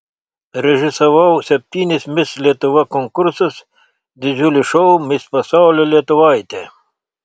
režisavau septynis mis lietuva konkursus didžiulį šou mis pasaulio lietuvaitė